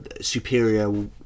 superior